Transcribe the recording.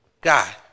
God